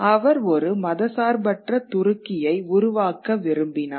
அவர் ஒரு மதச்சார்பற்ற துருக்கியை உருவாக்க விரும்பினார்